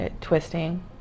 twisting